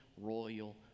royal